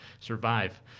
survive